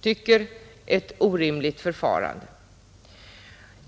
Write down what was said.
tycker, ett orimligt förfarande.